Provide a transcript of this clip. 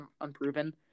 unproven